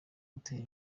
gutera